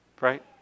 right